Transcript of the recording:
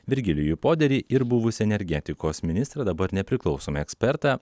virgilijų poderį ir buvusį energetikos ministrą dabar nepriklausomą ekspertą